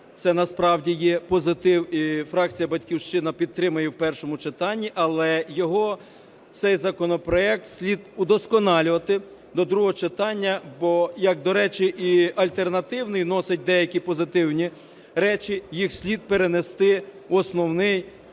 Це насправді є позитив, і фракція "Батьківщина" підтримає в першому читанні. Але його, цей законопроект, слід удосконалювати до другого читання, бо, як, до речі, і альтернативний носить деякі позитивні речі, їх слід перенести в основний